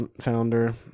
founder